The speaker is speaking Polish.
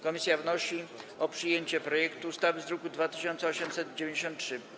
Komisja wnosi o przyjęcie projektu ustawy z druku nr 2893.